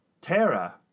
Terra